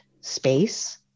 space